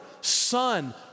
Son